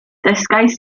dysgais